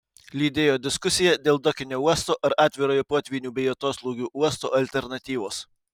lydėjo diskusija dėl dokinio uosto ar atvirojo potvynių bei atoslūgių uosto alternatyvos